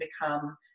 become